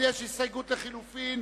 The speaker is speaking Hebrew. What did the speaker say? ההסתייגות השלישית לחלופין,